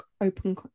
open